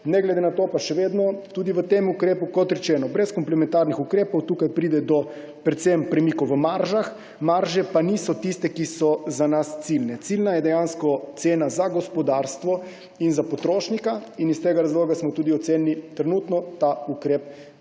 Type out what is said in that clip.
Ne glede na to pa še vedno tudi v tem ukrepu, kot rečeno, brez komplementarnih ukrepov pride do predvsem premikov v maržah, marže pa niso tiste, ki so za nas ciljne. Ciljna je dejansko cena za gospodarstvo in za potrošnika. Iz tega razloga smo tudi trenutno ocenili ta ukrep kot